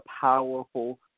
powerful